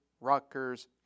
Rutgers